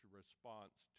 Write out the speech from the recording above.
response